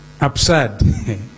absurd